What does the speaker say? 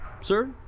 Sir